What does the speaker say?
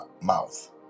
mouth